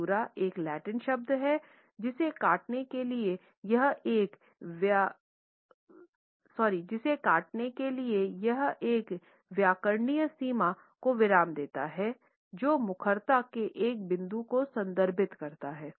कैसुरा एक लैटिन शब्द है जिसे काटने के लिए यह एक व्याकरणिक सीमा को विराम देता है जो मुखरता के एक बिंदु को संदर्भित करता है